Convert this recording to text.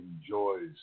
enjoys